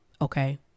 Okay